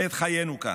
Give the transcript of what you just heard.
את חיינו כאן.